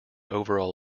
overall